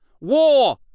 war